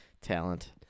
talent